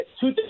Two